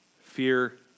fear